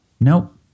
Nope